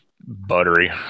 buttery